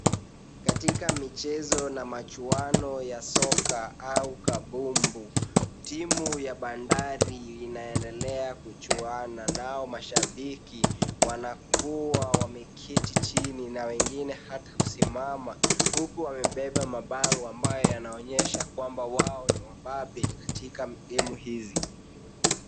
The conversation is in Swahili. Katika michezo na machuano ya soka au kabumbu, timu ya Bandari inaendelea kuchuana nao mashabiki wanakuwa wameketi chini na wengine hata kusimama huku wamebeba mabango ambayo yanaonyesha kwamba wao ni wababe katika game hizi.